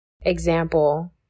example